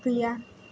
गैया